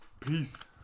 Peace